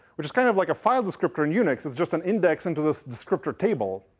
which is kind of like a file descriptor in unix. it's just an index into this descriptor table.